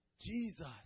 Jesus